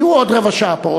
יהיו עוד רבע שעה פה,